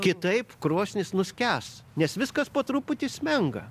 kitaip krosnis nuskęs nes viskas po truputį smenga